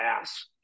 ass